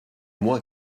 moi